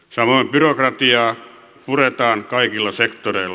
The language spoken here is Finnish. samoin byrokratiaa puretaan kaikilla sektoreilla